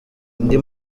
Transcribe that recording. indi